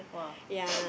!wah!